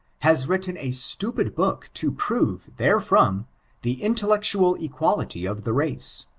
has written a stapid book to prove, therefrom, the intellectual equality of the race.